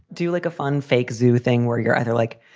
do you like a fun fake zew thing where you're either, like,